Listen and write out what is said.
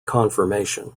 confirmation